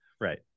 Right